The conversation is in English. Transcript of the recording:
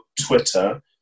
Twitter